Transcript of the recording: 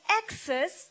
access